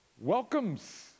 welcomes